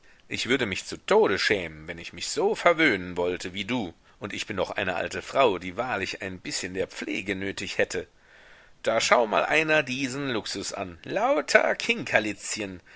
ich würde mich zu tode schämen wenn ich mich so verwöhnen wollte wie du und ich bin doch eine alte frau die wahrlich ein bißchen der pflege nötig hätte da schau mal einer diesen luxus an lauter